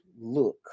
look